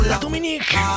Dominique